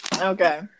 okay